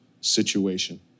situation